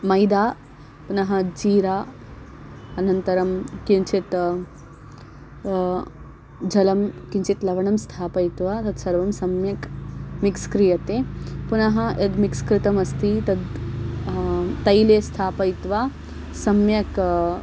मैदा पुनः जीरा अनन्तरं किञ्चित् जलं किञ्चित् लवणं स्थापयित्वा तत्सर्वं सम्यक् मिक्स् क्रियते पुनः यद् मिक्स् कृतमस्ति तद् तैले स्थापयित्वा सम्यक्